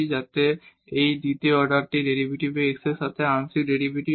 যাতে এই দ্বিতীয় অর্ডার ডেরিভেটিভের x এর সাথে আংশিক ডেরিভেটিভ হয়